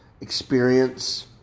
experience